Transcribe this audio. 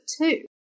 two